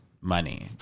Money